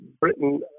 Britain